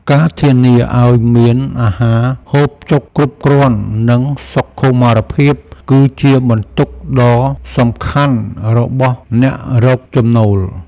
ការធានាឱ្យមានអាហារហូបចុកគ្រប់គ្រាន់ និងសុខុមាលភាព គឺជាបន្ទុកដ៏សំខាន់របស់អ្នករកចំណូល។